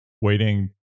waiting